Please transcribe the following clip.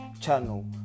channel